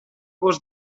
vos